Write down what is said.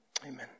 amen